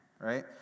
right